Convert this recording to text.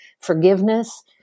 forgiveness